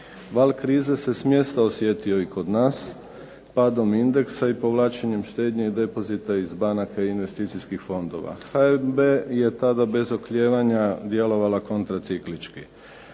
Val krize se smjesta osjetio i kod nas padom indexa i povlačenjem štednje i depozita iz banaka i investicijskih fondova. HNB je tada bez oklijevanja djelovanja kontraciklički.